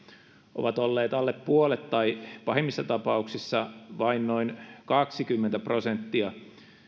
ovat olleet alle puolet tai pahimmissa tapauksissa vain noin kaksikymmentä prosenttia